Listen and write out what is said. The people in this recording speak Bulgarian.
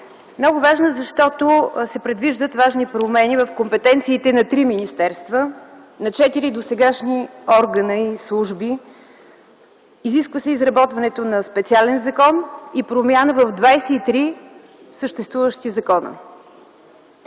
Много важна, защото се предвиждат важни промени в компетенциите на три министерства, на четири досегашни органа и служби. Изисква се изработването на специален закон и промяна в 23 съществуващи закона.